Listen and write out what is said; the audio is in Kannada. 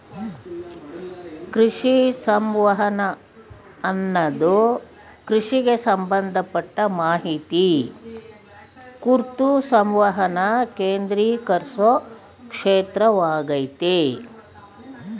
ಕೃಷಿ ಸಂವಹನ ಅನ್ನದು ಕೃಷಿಗ್ ಸಂಬಂಧಪಟ್ಟ ಮಾಹಿತಿ ಕುರ್ತು ಸಂವಹನನ ಕೇಂದ್ರೀಕರ್ಸೊ ಕ್ಷೇತ್ರವಾಗಯ್ತೆ